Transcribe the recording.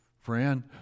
Friend